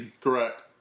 Correct